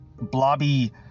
blobby